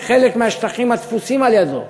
שחלק מהשטחים התפוסים על-ידיו,